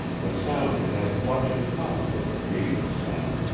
the sound had had much in common with the previous sound,